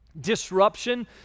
Disruption